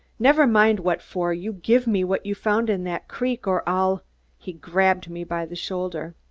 never mind what for. you give me what you found in that creek, or i'll he grabbed me by the shoulder.